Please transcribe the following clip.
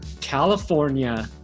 California